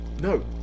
No